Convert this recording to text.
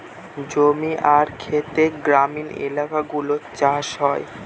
জমি আর খেতে গ্রামীণ এলাকাগুলো চাষ হয়